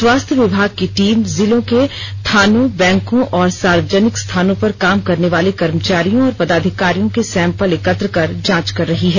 स्वास्थय विभाग की टीम जिले के थानों बैंको और सार्वजनिक स्थानों पर काम करने वाले कर्मचारियों और पदाधिकारियों के सैंपल एकत्र कर जांच कर रही है